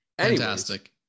fantastic